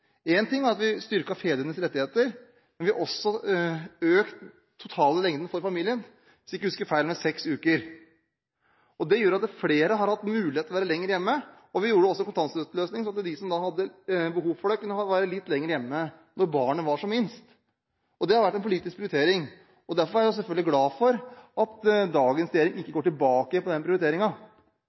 en kan få bruke mer tid med de minste barna. Jeg synes det blir litt mye skyttergrav her, for når man diskuterer foreldrepermisjon, bør man også ta med at vi utvidet den totale lengden på foreldrepermisjonen. Èn ting var at vi styrket fedrenes rettigheter, men vi økte også den totale lengden for familien, hvis jeg ikke husker feil, med seks uker. Det gjør at flere har hatt mulighet til å være lenger hjemme, og vi hadde også en kontantstøtteløsning, slik at de som hadde behov for det, kunne være litt lenger hjemme når barnet var som minst. Det